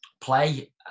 play